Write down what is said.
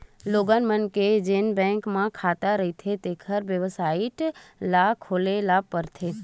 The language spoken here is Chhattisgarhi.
लोगन मन के जेन बैंक म खाता रहिथें तेखर बेबसाइट ल खोले ल परथे